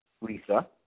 Lisa